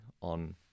on